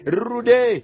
rude